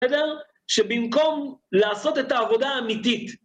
בסדר? שבמקום לעשות את העבודה האמיתית...